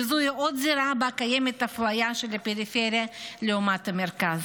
וזוהי עוד זירה שבה קיימת אפליה של הפריפריה לעומת המרכז.